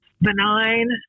benign